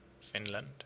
Finland